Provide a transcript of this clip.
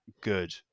good